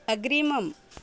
अग्रिमम्